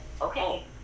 okay